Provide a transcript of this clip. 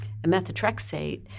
Methotrexate